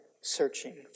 searching